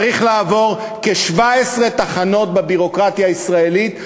צריך לעבור כ-17 תחנות בביורוקרטיה הישראלית,